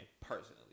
personally